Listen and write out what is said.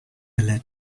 let